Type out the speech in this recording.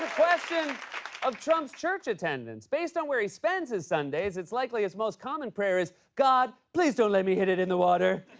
question of trump's church attendance. based on where he spends his sundays, it's likely his most common prayer is, god, please don't let me hit it in the water.